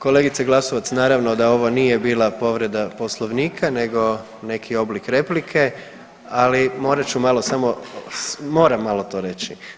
Kolegice Glasovac, naravno da ovo nije bila povreda Poslovnika nego neki oblik replike, ali morat ću malo samo, moram malo to reći.